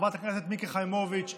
חברת הכנסת מיקי חיימוביץ',